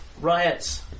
Riots